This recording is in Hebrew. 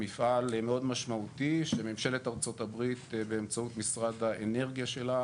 מפעל מאוד משמעותי שממשלת ארצות הברית באמצעות משרד האנרגיה שלה